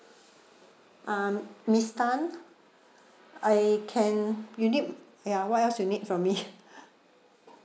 um miss tan I can you need ya what else you need from me